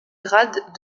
grade